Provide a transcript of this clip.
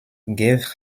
gave